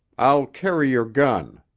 i'll carry your gun.